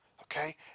Okay